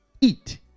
Eat